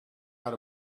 out